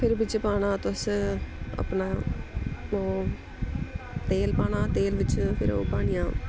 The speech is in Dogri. फिर बिच्च पाना तुस अपना ओह् तेल पाना तेल बिच्च फिर ओह् पानियां